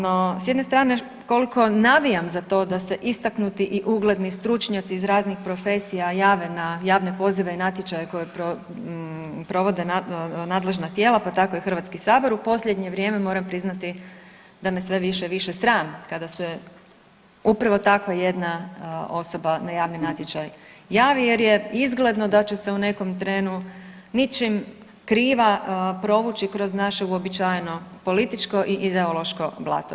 No s jedne strane koliko navijam za to da se istaknuti i ugledni stručnjaci iz raznih profesija jave na javne pozive i natječaje koje provode nadležna tijela pa tako i Hrvatski sabor u posljednje vrijeme moram priznati da me sve više i više sram kada se upravo takva jedna osoba na javni natječaj javi, jer je izgledno da će se u nekom trenu ničim kriva provući kroz naše uobičajeno političko i ideološko blato.